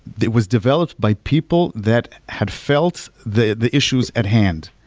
it was developed by people that had felt the the issues at hand.